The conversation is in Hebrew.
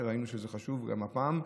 שראינו שזה חשוב גם הפעם.